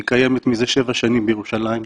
היא קיימת מזה שבע שנים בירושלים,